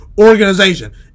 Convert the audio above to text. organization